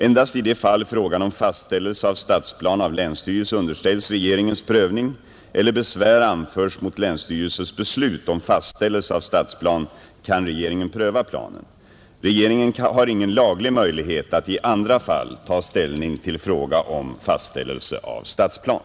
Endast i de fall frågan om fastställelse av stadsplan av länsstyrelse underställs regeringens prövning eller besvär anförs mot länsstyrelses beslut om fastställelse av stadsplan kan regeringen pröva planen. Regeringen har ingen laglig möjlighet att i andra fall ta ställning till fråga om fastställelse av stadsplan.